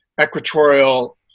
equatorial